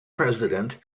president